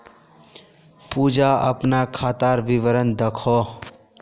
पूजा अपना खातार विवरण दखोह